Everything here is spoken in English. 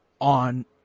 on